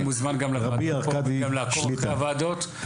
אתה מוזמן גם לעקוב אחרי הוועדות,